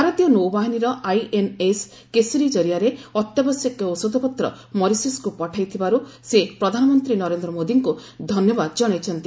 ଭାରତୀୟ ନୌବାହିନୀର ଆଇଏନ୍ଏସ୍ କେଶରୀ କରିଆରେ ଅତ୍ୟାବଶ୍ୟକ ଔଷଧପତ୍ର ମରିସସ୍କୁ ପଠାଇଥିବାରୁ ସେ ପ୍ରଧାନମନ୍ତ୍ରୀ ନରେନ୍ଦ୍ର ମୋଦୀଙ୍କୁ ଧନ୍ୟବାଦ ଜଣାଇଛନ୍ତି